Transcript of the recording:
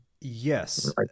yes